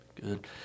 Good